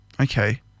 okay